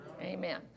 Amen